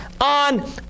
on